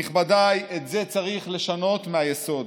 נכבדיי, את זה צריך לשנות מהיסוד.